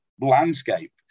landscape